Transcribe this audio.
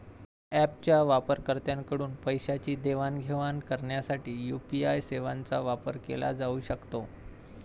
ऍपच्या वापरकर्त्यांकडून पैशांची देवाणघेवाण करण्यासाठी यू.पी.आय सेवांचा वापर केला जाऊ शकतो